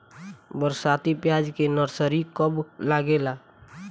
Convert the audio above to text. बरसाती प्याज के नर्सरी कब लागेला?